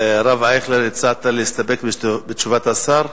הרב אייכלר, הצעת להסתפק בתשובת השר?